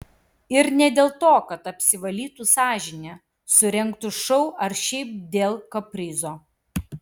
ir ne dėl to kad apsivalytų sąžinę surengtų šou ar šiaip dėl kaprizo